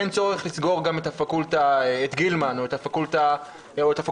אין צורך לסגור גם את גילמן או את הפקולטה למשפטים.